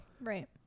right